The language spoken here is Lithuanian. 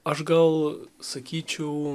aš gal sakyčiau